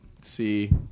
see